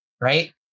right